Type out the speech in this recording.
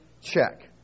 check